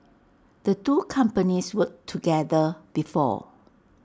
the two companies worked together before